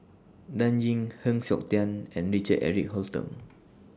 Dan Ying Heng Siok Tian and Richard Eric Holttum